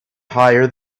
higher